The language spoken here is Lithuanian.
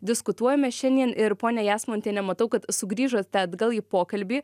diskutuojame šiandien ir ponia jasmontiene matau kad sugrįžote atgal į pokalbį